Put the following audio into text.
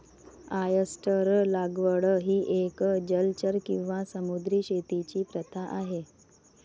oyster लागवड ही एक जलचर किंवा समुद्री शेतीची प्रथा आहे